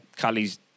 Callie's